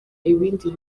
ibindi